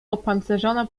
opancerzona